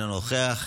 אינו נוכח.